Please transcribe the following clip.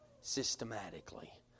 systematically